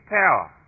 power